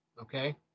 Okay